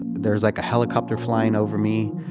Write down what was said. there's like a helicopter flying over me.